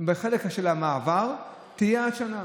בחלק של המעבר, תהיה עד שנה.